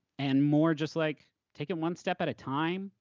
and more just like taking one step at a time,